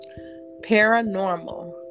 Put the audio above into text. Paranormal